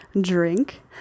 drink